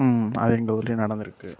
அது எங்கள் ஊரில் நடந்துருக்குது